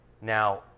Now